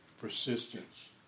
persistence